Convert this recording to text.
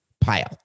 pile